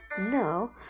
No